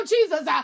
Jesus